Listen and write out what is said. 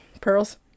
Pearls